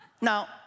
Now